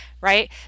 right